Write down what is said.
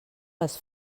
les